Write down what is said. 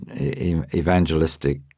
evangelistic